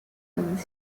and